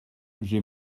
j’ai